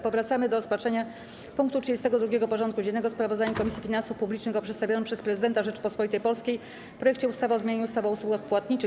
Powracamy do rozpatrzenia punktu 32. porządku dziennego: Sprawozdanie Komisji Finansów Publicznych o przedstawionym przez Prezydenta Rzeczypospolitej Polskiej projekcie ustawy o zmianie ustawy o usługach płatniczych.